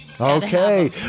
Okay